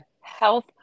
health